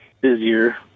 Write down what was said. busier